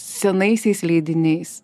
senaisiais leidiniais